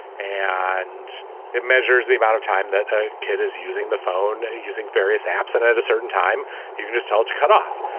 and it measures the amount of time that a kid is using the phone using various apps and at a certain time he can just how it's cut off.